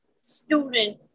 student